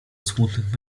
smutnych